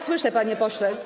Słyszę, panie pośle.